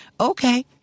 Okay